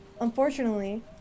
Unfortunately